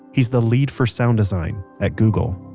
he's the lead for sound design at google